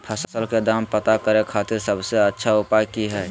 फसल के दाम पता करे खातिर सबसे अच्छा उपाय की हय?